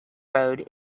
road